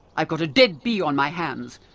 i've got a dead bee on my hands,